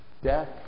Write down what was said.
Death